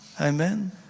amen